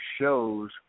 shows